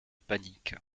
panique